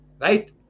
right